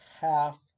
half